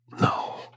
No